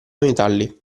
metalli